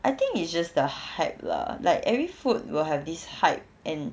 I think it's just the hype lah like every food will have this hype and